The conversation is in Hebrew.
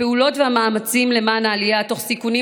הפעולות והמאמצים למען העלייה תוך סיכונים